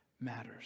matters